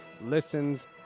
listens